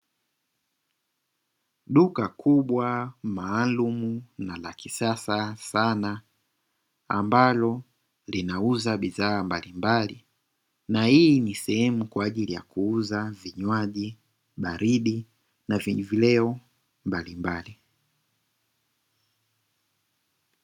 Duka kubwa maalumu na la kisasa sana, ambalo linauza bidhaa mbalimbali na hii ni sehemu kwa ajili ya kuuza vinywaji baridi na vileo mbalimbali.